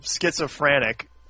schizophrenic